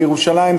בירושלים,